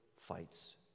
fights